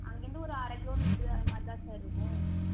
அங்கேருந்து ஒரு அரை கிலோ மீட்ரு அது மாதிரி தான் சார் இருக்கும்